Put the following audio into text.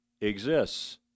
exists